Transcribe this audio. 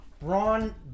Ron